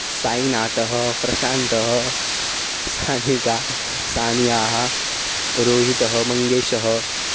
सायिनाथः प्रशान्तः सानिका सानिया रोहितः मङ्गेशः